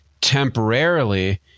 temporarily